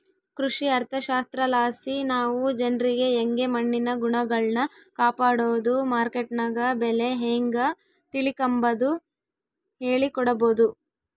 ಕೃಷಿ ಅರ್ಥಶಾಸ್ತ್ರಲಾಸಿ ನಾವು ಜನ್ರಿಗೆ ಯಂಗೆ ಮಣ್ಣಿನ ಗುಣಗಳ್ನ ಕಾಪಡೋದು, ಮಾರ್ಕೆಟ್ನಗ ಬೆಲೆ ಹೇಂಗ ತಿಳಿಕಂಬದು ಹೇಳಿಕೊಡಬೊದು